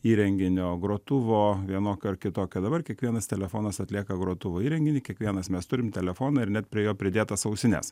įrenginio grotuvo vienokio ar kitokio dabar kiekvienas telefonas atlieka grotuvo įrenginį kiekvienas mes turim telefoną ir net prie jo pridėtas ausines